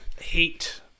hate